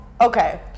okay